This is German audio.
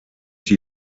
die